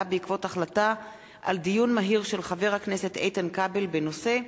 בעקבות דיון מהיר בהצעתו של חבר הכנסת איתן כבל בנושא: